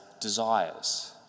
desires